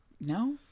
No